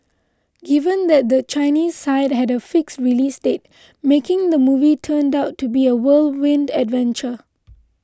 given that the Chinese side had a fixed release date making the movie turned out to be a whirlwind adventure